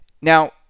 Now